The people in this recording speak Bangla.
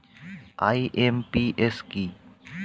আই.এম.পি.এস কি?